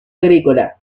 agrícola